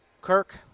Kirk